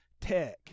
tech